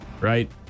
Right